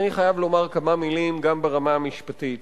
אני חייב גם לומר כמה מלים ברמה המשפטית